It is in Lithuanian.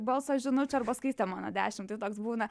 balso žinučių arba skaistė mano dešimt tai toks būna